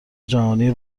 جهانی